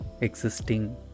existing